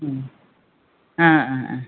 ওম অ অ অ